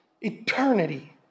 eternity